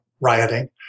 rioting